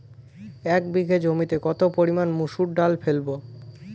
এক বিঘে জমিতে কত পরিমান মুসুর ডাল ফেলবো?